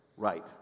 Right